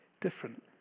different